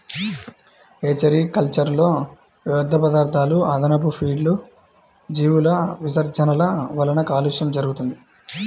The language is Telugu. హేచరీ కల్చర్లో వ్యర్థపదార్థాలు, అదనపు ఫీడ్లు, జీవుల విసర్జనల వలన కాలుష్యం జరుగుతుంది